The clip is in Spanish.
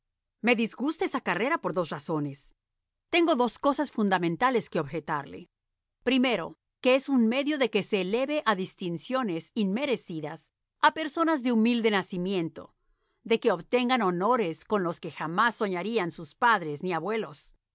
me disgusta esa carrera por dos razones tengo dos cosas fundamentales que objetarle primero que es un medio de que se eleve a distinciones inmerecidas a personas de humilde nacimiento de que obtengan honores con los que jamás soñaran sus padres ni abuelos